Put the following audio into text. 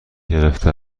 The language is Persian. گرفته